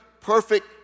perfect